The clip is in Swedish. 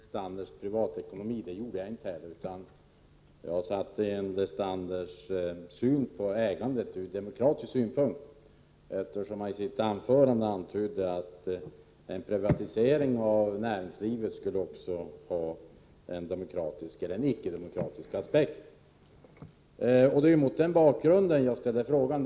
Fru talman! Jag skall inte diskutera Paul Lestanders privatekonomi. Jag talade inte heller om den, utan jag kommenterade hans syn på ägandet ur demokratisk synpunkt, eftersom han i sitt anförande antydde att en privatisering av näringslivet skulle ha också en icke-demokratisk aspekt. Det var mot den bakgrunden jag ställde frågan.